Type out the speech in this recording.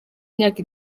myaka